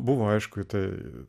buvo aišku tai